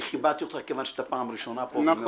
אני כיבדתי אותך כיוון שאתה פעם ראשונה פה.